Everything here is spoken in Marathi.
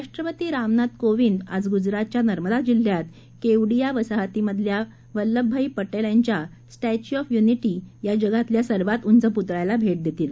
राष्ट्रपती रामनाथ कोविंद आज गुजरातच्या नर्मदा जिल्ह्यात केवडिया वसाहतीमधल्या वल्लभभाई पटेल यांच्या स्टॅच्यू ऑफ युनिटी या जगातल्या सर्वात उंच पुतळ्याला भेट देतील